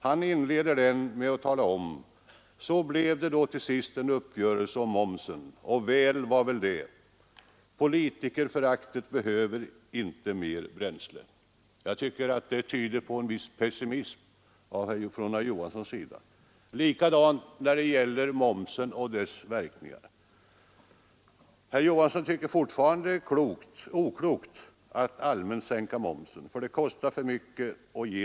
Han inleder den med att skriva: ”Så blev det då till sist en uppgörelse om momsen. Och väl var väl det. Politikerföraktet behöver inte mer bränsle.” Jag tycker det tyder på en viss pessimism från herr Johanssons sida. På samma sätt är det i fråga om momsen och dess verkningar. Herr Johansson tycker fortfarande det är oklokt att allmänt sänka momsen. Det kostar mycket, men det ger ytterligt litet.